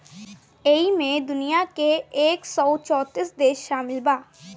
ऐइमे दुनिया के एक सौ चौतीस देश सामिल बा